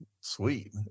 Sweet